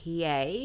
PA